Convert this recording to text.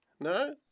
No